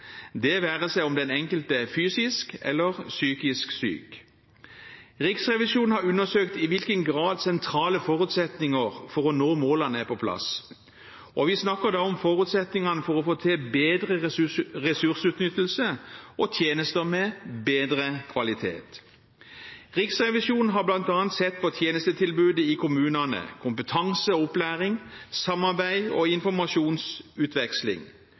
det være seg om den enkelte er fysisk eller psykisk syk. Riksrevisjonen har undersøkt i hvilken grad sentrale forutsetninger for å nå målene er på plass. Vi snakker da om forutsetningene for å få til bedre ressursutnyttelse og tjenester med bedre kvalitet. Riksrevisjonen har bl.a. sett på tjenestetilbudet i kommunene, kompetanse og opplæring, samarbeid og informasjonsutveksling.